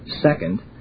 Second